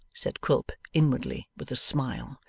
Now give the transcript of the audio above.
said quilp inwardly, with a smile.